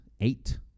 eight